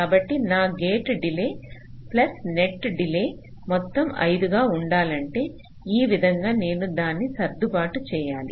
కాబట్టి నా gate delay plus net delay మొత్తం 5 గా ఉండాలంటే ఆ విధంగా నేను దాన్ని సర్దుబాటు చేయాలి